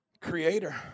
Creator